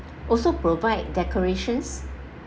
also provide decorations